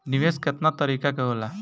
निवेस केतना तरीका के होला?